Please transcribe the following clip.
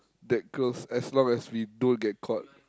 that close as long as we don't get caught